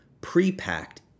pre-packed